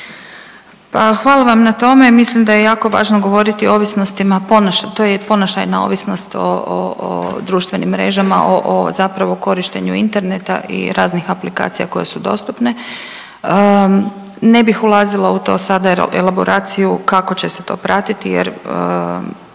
Pa hvala vam na tome. Mislim da je jako važno govoriti o ovisnostima, to je i ponašajna ovisnost o društvenim mrežama, o zapravo korištenju interneta i raznih aplikacija koje su dostupne. Ne bih ulazila u to sada elaboraciju kako će se to pratiti, jer